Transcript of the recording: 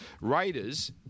Raiders